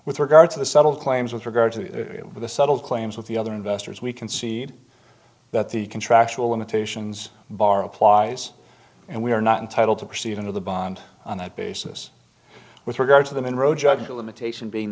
with regard to the settled claims with regard to the with the subtle claims with the other investors we concede that the contractual limitations bar applies and we are not entitled to proceed into the bond on that basis with regard to the monroe judge a limitation being